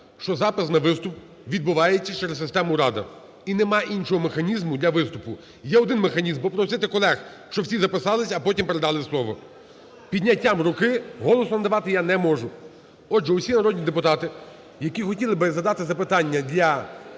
що запис на виступ відбувається через систему "Рада" і нема іншого механізму для виступу, є один механізм: попросити колег, щоб всі записалися, а потім передали слово. Підняттям руки, з голосу я надавати не можу. Отже, всі народні депутати, які хотіли би задати запитання для